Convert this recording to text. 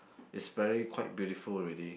is very quite beautiful already